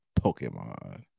Pokemon